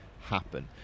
happen